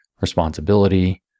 responsibility